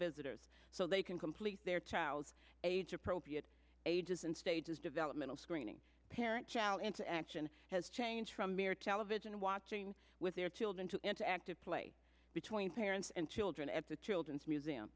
visitors so they can complete their child's age appropriate ages and stages developmental screening parent shout into action has changed from mere television watching with their children to into active play between parents and children at the children's museum